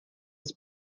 des